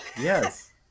Yes